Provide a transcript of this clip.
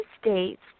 States